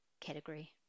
category